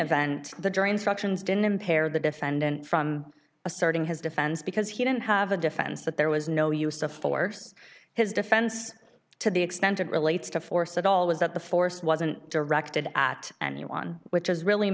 event the jury instructions didn't impair the defendant from asserting his defense because he didn't have a defense that there was no use of force his defense to the extent it relates to force at all was that the force wasn't directed at anyone which is really